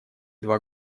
два